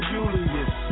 Julius